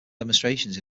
demonstrations